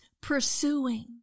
pursuing